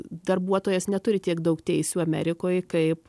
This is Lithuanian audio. darbuotojas neturi tiek daug teisių amerikoj kaip